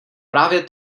právě